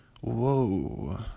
Whoa